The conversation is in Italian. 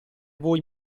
voi